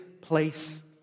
place